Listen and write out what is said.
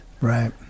Right